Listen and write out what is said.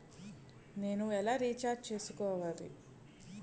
నేను ఎలా రీఛార్జ్ చేయించుకోవాలి?